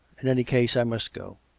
in any case, i must go.